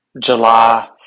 July